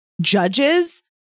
judges